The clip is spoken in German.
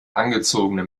angezogene